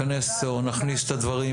שנכניס את הדברים